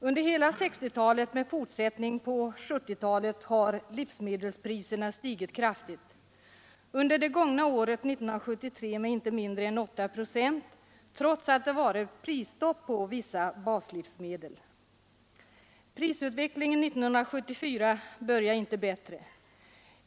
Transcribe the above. Under hela 1960-talet med fortsättning på 1970-talet har livsmedelspriserna stigit kraftigt — under det gångna året 1973 med inte mindre än 8 procent, trots att det varit prisstopp på vissa baslivsmedel. Prisutvecklingen 1974 börjar inte bättre.